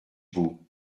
beau